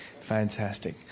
Fantastic